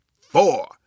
four